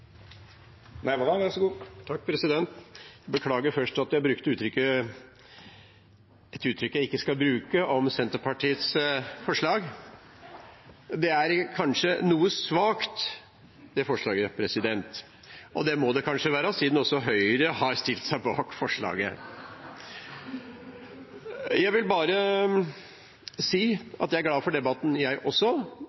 Først vil jeg beklage at jeg brukte et uttrykk jeg ikke skal bruke om Senterpartiets forslag. Det er kanskje noe svakt, det forslaget. Det må det kanskje være, siden også Høyre har stilt seg bak det. Jeg vil bare si